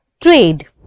trade